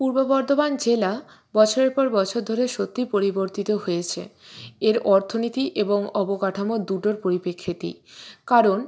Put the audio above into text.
পূর্ব বর্ধমান জেলা বছরের পর বছর ধরে সত্যিই পরিবর্তিত হয়েছে এর অর্থনীতি এবং অবকাঠামো দুটোর পরিপ্রেক্ষিতেই কারণ